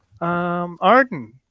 Arden